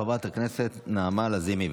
חברת הכנסת נעמה לזימי,